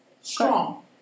strong